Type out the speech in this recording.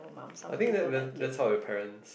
I think that that that's how your parents